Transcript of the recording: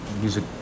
music